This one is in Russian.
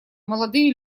молодые